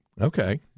okay